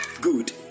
Good